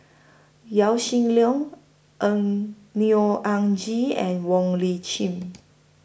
Yaw Shin Leong N Neo Anngee and Wong Lip Chin